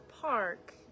park